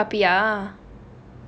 நீ:nee I_P_L பாப்பியா:paapiyaa